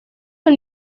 del